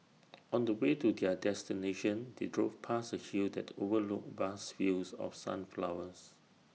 on the way to their destination they drove past A hill that overlooked vast fields of sunflowers